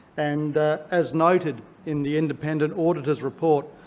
and as noted in the independent auditor's report,